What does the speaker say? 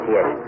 Yes